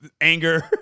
Anger